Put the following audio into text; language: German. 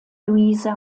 luise